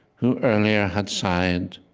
who earlier had sighed and